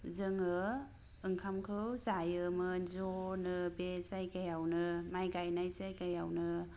जोंङो ओंखामखौ जायोमोन ज'नो बे जायगायावनो माइ गाइनाय जायगायावनो